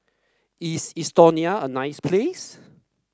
is Estonia a nice place